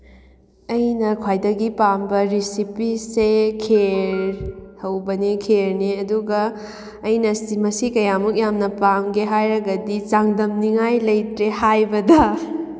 ꯑꯩꯅ ꯈ꯭ꯋꯥꯏꯗꯒꯤ ꯄꯥꯝꯕ ꯔꯦꯁꯤꯄꯤꯁꯦ ꯈꯦꯔ ꯍꯧꯕꯅꯦ ꯈꯦꯔꯅꯦ ꯑꯗꯨꯒ ꯑꯩꯅ ꯁꯤ ꯃꯁꯤ ꯀꯌꯥꯃꯨꯛ ꯌꯥꯝꯅ ꯄꯥꯝꯒꯦ ꯍꯥꯏꯔꯒꯗꯤ ꯆꯥꯡꯗꯝꯅꯤꯡꯉꯥꯏ ꯂꯩꯇ꯭ꯔꯦ ꯍꯥꯏꯕꯗ